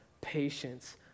patience